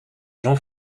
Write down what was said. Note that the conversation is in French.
jean